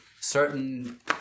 certain